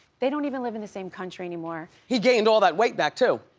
they don't even live in the same country anymore. he gained all that weight back, too.